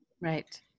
Right